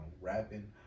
rapping